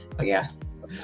yes